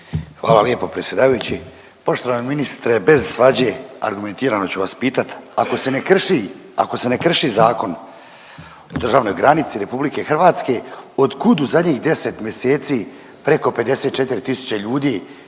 Hvala lijepo predsjedavajući. Poštovani ministre, bez svađe, argumentirano ću vas pitati. Ako se ne krši, ako se ne krši Zakon o državnoj granici RH, od kud u zadnjih 10 mjeseci preko 54 tisuće ljudi